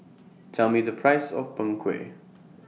Tell Me The Price of Png Kueh